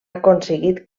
aconseguit